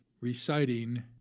reciting